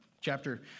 chapter